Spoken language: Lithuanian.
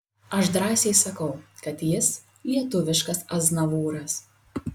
aš drąsiai sakau kad jis lietuviškas aznavūras